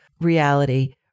reality